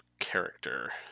character